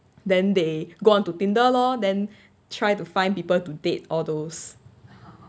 then they go on to Tinder lor then try to find people to date all those